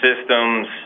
systems